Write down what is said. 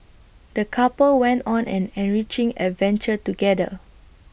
the couple went on an enriching adventure together